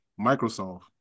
Microsoft